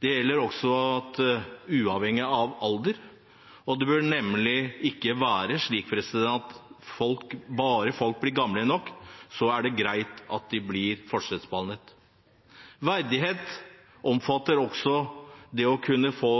Det gjelder også uavhengig av alder. Det bør nemlig ikke være slik at bare folk blir gamle nok, er det greit å forskjellsbehandle. Verdighet omfatter også det å kunne få